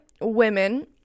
women